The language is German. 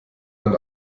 dann